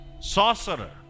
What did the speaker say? sorcerer